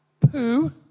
poo